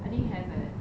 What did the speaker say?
I didn't have eh